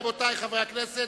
רבותי חברי הכנסת,